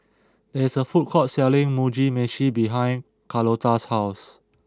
there is a food court selling Mugi Meshi behind Carlota's house